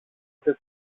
ούτε